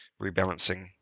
rebalancing